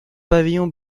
pavillon